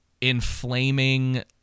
inflaming